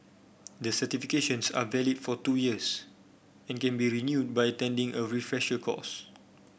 the certifications are valid for two years and can be renewed by attending a refresher course